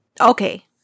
Okay